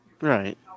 Right